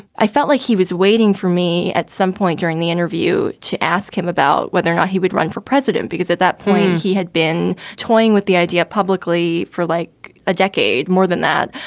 i felt like he was waiting for me at some point during the interview to ask him about whether or not he would run for president, because at that point, he had been toying with the idea publicly for like a decade. more than that.